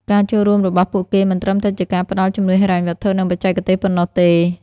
ការចូលរួមរបស់ពួកគេមិនត្រឹមតែជាការផ្តល់ជំនួយហិរញ្ញវត្ថុ និងបច្ចេកទេសប៉ុណ្ណោះទេ។